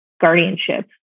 guardianship